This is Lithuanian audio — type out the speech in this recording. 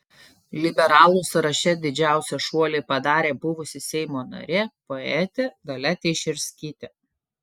liberalų sąraše didžiausią šuolį padarė buvusi seimo narė poetė dalia teišerskytė